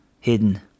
hidden